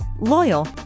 loyal